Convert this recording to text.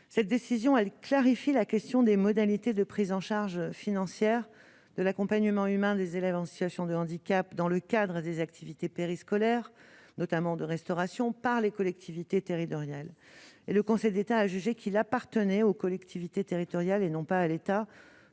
cette décision allait clarifier la question des modalités de prise en charge financière de l'accompagnement humain des élèves en situation de handicap dans le cadre des activités périscolaires notamment de restauration par les collectivités territoriales et le Conseil d'État a jugé qu'il appartenait aux collectivités territoriales, et non pas à l'État